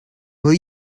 will